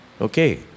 Okay